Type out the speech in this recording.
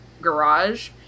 garage